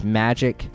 magic